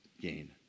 gain